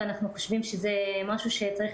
אנחנו חושבים שזה משהו שצריך